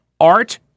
art